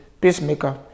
Pacemaker